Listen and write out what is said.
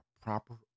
proper